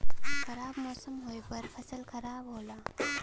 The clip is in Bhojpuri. खराब मौसम होवे पर फसल खराब होला